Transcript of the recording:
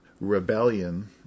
rebellion